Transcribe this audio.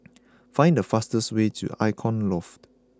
find the fastest way to Icon Loft